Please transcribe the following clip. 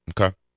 Okay